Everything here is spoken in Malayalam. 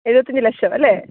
എഴുപത്തിയഞ്ചു ലക്ഷം അല്ലേ